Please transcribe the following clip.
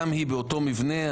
גם היא באותו מבנה.